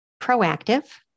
proactive